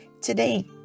Today